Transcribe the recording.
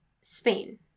Spain